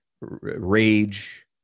rage